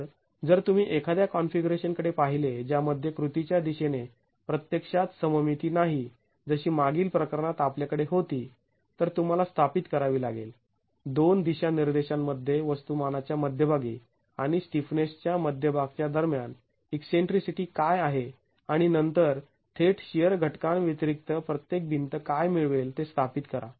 तर जर तुम्ही एखाद्या कॉन्फिगरेशन कडे पाहिले ज्यामध्ये कृतीच्या दिशेने प्रत्यक्षात सममिती नाही जशी मागील प्रकरणात आपल्याकडे होती तर तुम्हाला स्थापित करावी लागेल दोन दिशानिर्देशांमध्ये वस्तुमानाच्या मध्यभागी आणि स्टिफनेसच्या मध्यभागच्या दरम्यान ईकसेंट्रीसिटी काय आहे आणि नंतर थेट शिअर घटकांव्यतिरिक्त प्रत्येक भिंत काय मिळवेल ते स्थापित करा